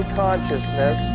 consciousness